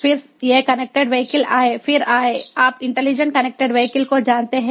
फिर ये connected vehicle आए फिर आए आप इंटेलिजेंट कनेक्टेड वीहिकल को जानते हैं